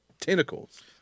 tentacles